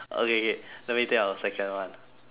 okay K let me think of a second one